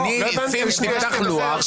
קח לוח.